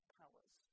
powers